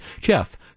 Jeff